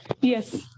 Yes